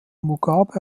mugabe